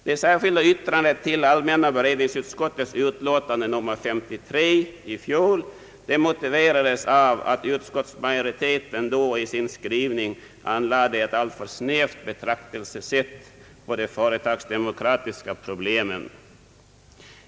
Det särskilda yttrandet till allmänna beredningsutskottets utlåtande nr 53 i fjol motiverades av att utskottsmajoriteten då i sin skrivning anlade ett alltför snävt betraktelsesätt på de företagsdemokratiska problemen.